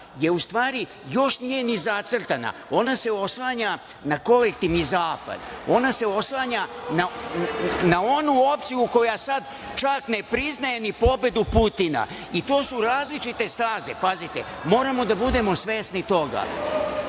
staza još uvek nije zacrtana, ona se oslanja na kolektivni zapad, ona se oslanja na onu opciju koja sad ne priznaje pobedu Putina i to su različite staze. Moramo da budemo svesni toga.